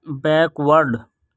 back ward